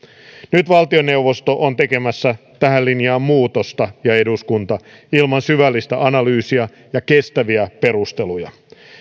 nyt valtioneuvosto on tekemässä tähän linjaan muutosta ilman syvällistä analyysiä ja kestäviä perusteluja